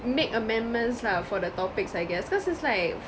make amendments lah for the topics I guess cause is like